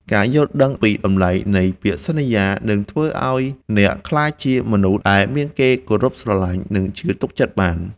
ការយល់ដឹងពីតម្លៃនៃពាក្យសន្យានឹងធ្វើឱ្យអ្នកក្លាយជាមនុស្សដែលមានគេគោរពស្រឡាញ់ និង ជឿទុកចិត្តបាន។